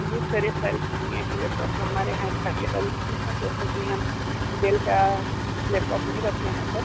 जी sir ये सारी कंपनियाँ के लैपटॉप तो हमारे यहां अवैलेबल नहीं हैं जैसे कि हम डैल का लैपटॉप नहीं रखते हैं सर